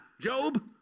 Job